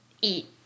eat